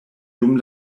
dum